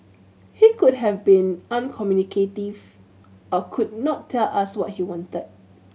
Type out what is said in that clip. he could have been uncommunicative or could not tell us what he wanted